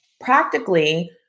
Practically